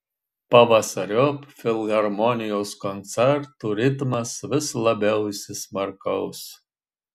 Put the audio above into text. pavasariop filharmonijos koncertų ritmas vis labiau įsismarkaus